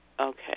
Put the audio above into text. okay